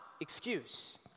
excuse